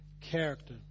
character